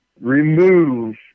remove